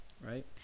right